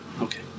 Okay